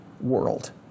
world